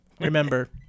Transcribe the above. Remember